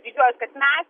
didžiuojuos kad mes